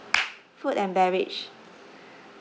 food and beverage